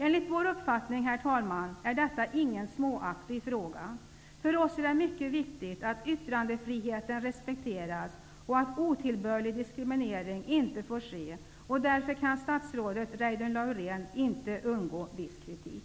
Enligt vår uppfattning, herr talman, är detta ingen liten fråga. För oss är det mycket viktigt att yttrandefriheten respekteras och att otillbörlig diskriminering inte får ske. Därför kan statsrådet Reidunn Laurén inte undgå viss kritik.